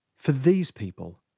for these people,